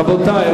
רבותי,